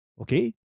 Okay